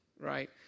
right